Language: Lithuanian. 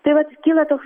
tai vat kyla toks